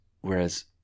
Whereas